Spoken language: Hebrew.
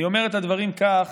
אני אומר את הדברים כך,